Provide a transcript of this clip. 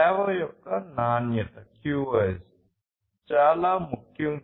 సేవ యొక్క నాణ్యత చాలా ముఖ్యం